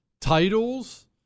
Titles